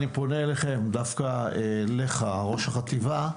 אני פונה אליכם, דווקא אליך ראש החטיבה.